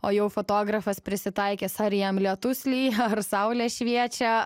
o jau fotografas prisitaikys ar jam lietus lyja ar saulė šviečia